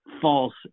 false